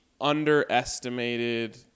underestimated